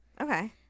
okay